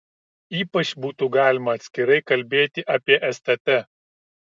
ypač būtų galima atskirai kalbėti apie stt